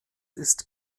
ist